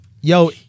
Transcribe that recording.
Yo